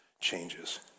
changes